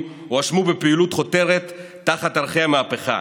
הואשמו בפעילות החותרת תחת ערכי המהפכה,